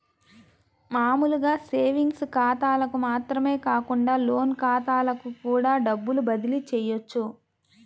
మామూలు సేవింగ్స్ ఖాతాలకు మాత్రమే కాకుండా లోన్ ఖాతాలకు కూడా డబ్బుని బదిలీ చెయ్యొచ్చు